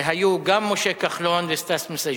היו גם משה כחלון וסטס מיסז'ניקוב,